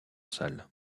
salles